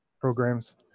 programs